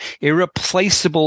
irreplaceable